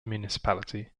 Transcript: municipality